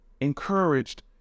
encouraged